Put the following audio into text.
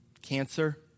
cancer